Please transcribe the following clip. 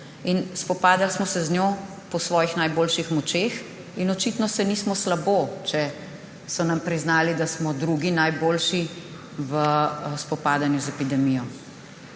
Spopadali smo se z njo po svojih najboljših močeh in očitno se nismo slabo, če so nam priznali, da smo drugi najboljši v spopadanju z epidemijo.